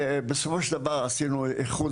בסופו של דבר, עשינו איחוד